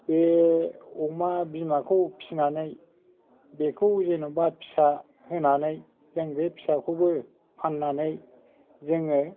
बे अमा बिमाखौ फिनानै बेखौ जेन'बा फिसा होनानै जों बे फिसाखौबो फान्नानै जोङो